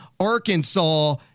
Arkansas